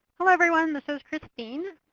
hello everyone, this is kristine.